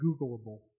googleable